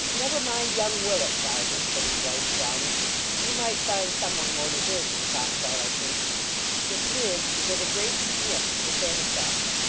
never mind young willet, varden said his wife frowning you might find some one more deserving to talk about, i think miss miggs gave a great sniff to the same effect.